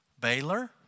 Baylor